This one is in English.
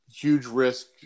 huge-risk